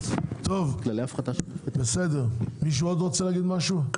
טוב בסדר, מישהו עוד רוצה להגיד משהו?